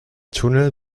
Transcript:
tunnel